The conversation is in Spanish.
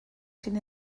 sin